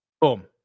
Boom